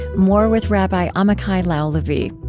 more with rabbi amichai lau-lavie.